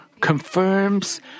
confirms